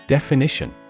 Definition